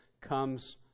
comes